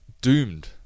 doomed